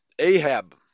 Ahab